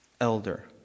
elder